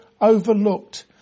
overlooked